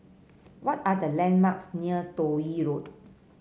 what are the landmarks near Toh Yi Road